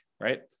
right